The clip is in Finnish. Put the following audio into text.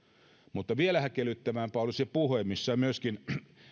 mutta vielä häkellyttävämpää oli se puhe johon